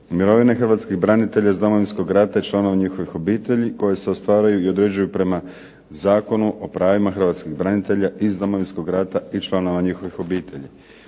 Mirovine hrvatskih branitelja iz Domovinskog rata i članova njihovih obitelji, koje se ostvaruju i određuju prema Zakonu o pravima hrvatskih branitelja iz Domovinskog rata i članova njihovih obitelji.